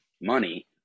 money